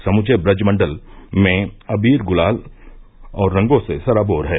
समूचे ब्रजमण्डल अबीर गुलाल और रंगो से सराबोर है